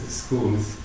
schools